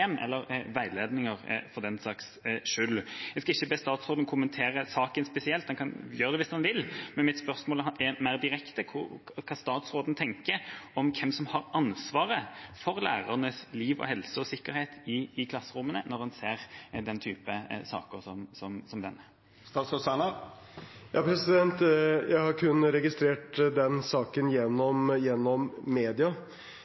eller veiledninger for den saks skyld. Jeg skal ikke be statsråden om å kommentere den saken spesielt – han kan gjøre det hvis han vil – men mitt spørsmål er mer direkte om hva statsråden tenker om hvem som har ansvaret for lærernes liv, helse og sikkerhet i klasserommene, når en ser en type sak som denne. Jeg har kun registrert den saken